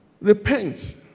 repent